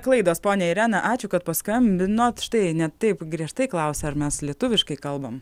klaidos ponia irena ačiū kad paskambinot štai net taip griežtai klausia ar mes lietuviškai kalbam